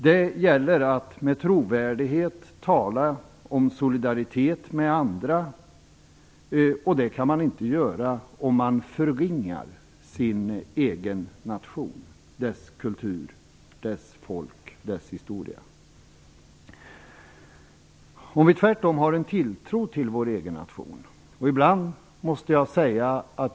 Det gäller att med trovärdighet tala om solidaritet med andra. Det kan man inte göra om man förringar sin egen nation, dess kultur, dess folk och dess historia. Vi måste tvärtom ha en tilltro till vår egen nation.